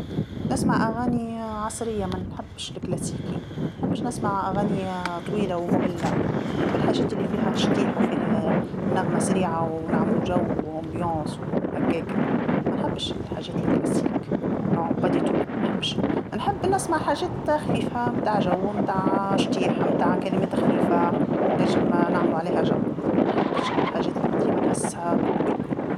نسمع أغاني عصرية ما نحبش الكلاسيكي، ما نحبش نسمع أغاني طويله وممله، نحب الحاجات اللي فيها الشطيح وفيها نغمه سريعه ونعملو جو وحماس وهكاكا، ما نحبش الحاجات الكلاسيك، لا على الإطلاق ما نحبش، نحب نسمع حاجات خفيفه متاع جو متاع شطيح متاع كلمات خفيفه، نجم نعملو عليها جو، ما نحبش الحاجات القديمة نحسها كبي.